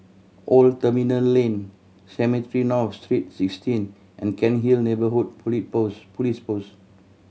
Old Terminal Lane Cemetry North Street Sixteen and Cairnhill Neighbourhood Police Post Police Post